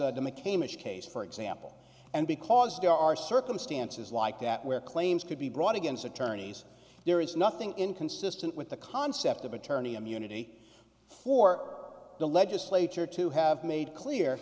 case for example and because there are circumstances like that where claims could be brought against attorneys there is nothing inconsistent with the concept of attorney immunity for the legislature to have made clear